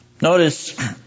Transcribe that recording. Notice